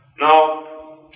Now